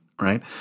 right